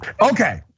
Okay